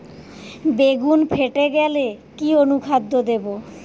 বেগুন ফেটে গেলে কি অনুখাদ্য দেবো?